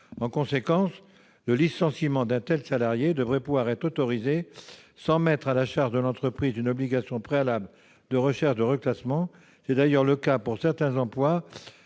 En conséquence, le licenciement d'un tel salarié devrait pouvoir être autorisé sans mettre à la charge de l'entreprise une obligation préalable de recherche de reclassement. C'est d'ailleurs le cas pour certains emplois